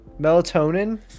Melatonin